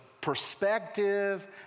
perspective